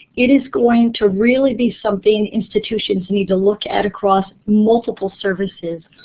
it is going to really be something institutions need to look at across multiple services.